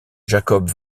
jakob